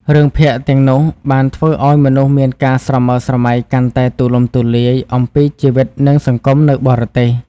រឿងភាគទាំងនោះបានធ្វើឲ្យមនុស្សមានការស្រមើលស្រមៃកាន់តែទូលំទូលាយអំពីជីវិតនិងសង្គមនៅបរទេស។